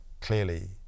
clearly